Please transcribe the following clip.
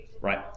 right